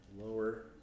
Lower